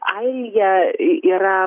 airija i yra